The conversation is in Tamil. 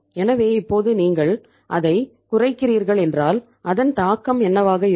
எனவே இப்போது நீங்கள் அதைக் குறைக்கிறீர்கள் என்றால் அதன் தாக்கம் என்னவாக இருக்கும்